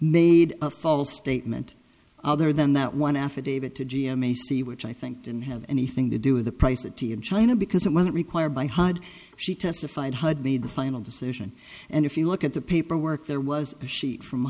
made a false statement other than that one affidavit to g m a c which i think didn't have anything to do with the price of tea in china because it wasn't required by hyde she testified had made the final decision and if you look at the paperwork there was a sheet from